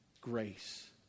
grace